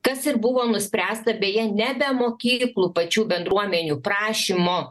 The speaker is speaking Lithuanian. kas ir buvo nuspręsta beje ne be mokyklų pačių bendruomenių prašymu